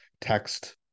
text